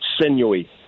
sinewy